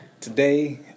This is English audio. Today